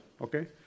okay